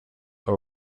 are